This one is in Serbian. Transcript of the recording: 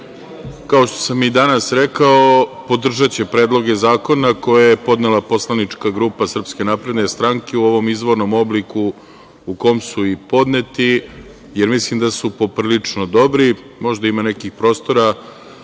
kao što sam i danas rekao podržaće predloge zakona koje je podnela poslanička grupa SNS u ovom izvornom obliku u kom su i podneti jer mislim da su poprilično dobri. Možda ima prostora